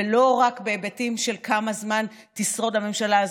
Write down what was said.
ולא רק בהיבטים של כמה זמן תשרוד הממשלה הזאת,